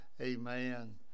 Amen